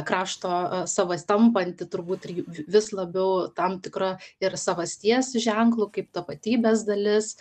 krašto savas tampanti turbūt irgi vis labiau tam tikra ir savasties ženklu kaip tapatybės dalis